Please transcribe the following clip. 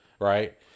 right